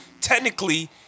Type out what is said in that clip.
Technically